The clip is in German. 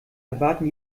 erwarten